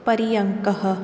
पर्यङ्कः